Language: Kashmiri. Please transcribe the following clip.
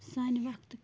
سانہِ وَقتہٕ